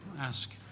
ask